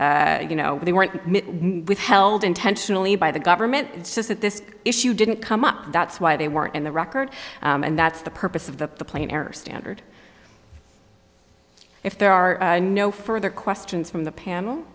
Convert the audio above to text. some you know they weren't withheld intentionally by the government says that this issue didn't come up that's why they weren't in the record and that's the purpose of the plain error standard if there are no further questions from the panel